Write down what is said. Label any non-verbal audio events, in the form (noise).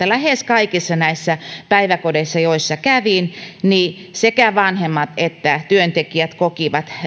(unintelligible) lähes kaikissa näissä päiväkodeissa joissa kävin sekä vanhemmat että työntekijät kokivat